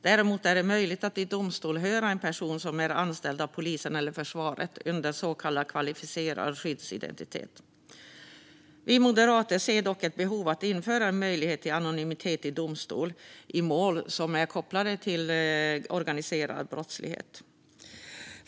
Däremot är det möjligt att i domstol höra en person som är anställd av polisen eller försvaret under så kallad kvalificerad skyddsidentitet. Vi moderater ser dock ett behov av att införa en möjlighet till anonymitet i domstol i mål som är kopplade till organiserad brottslighet.